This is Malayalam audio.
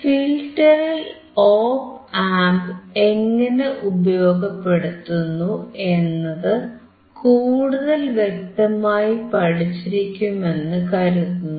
ഫിൽറ്ററിൽ ഓപ് ആംപ് എങ്ങനെ ഉപയോഗപ്പെടുത്തുന്നു എന്നത് കൂടുതൽ വ്യക്തമായി പഠിച്ചിരിക്കുമെന്നു കരുതുന്നു